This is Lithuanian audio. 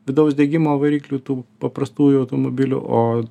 vidaus degimo variklių tų paprastųjų automobilių o